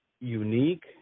unique